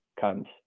comes